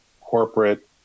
corporate